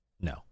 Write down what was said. no